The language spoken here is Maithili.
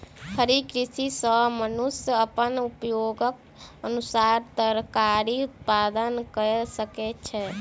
खड़ी कृषि सॅ मनुष्य अपन उपयोगक अनुसार तरकारी उत्पादन कय सकै छै